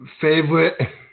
favorite